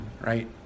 right